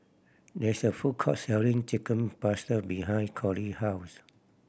there is a food court selling Chicken Pasta behind Colie house